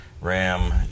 RAM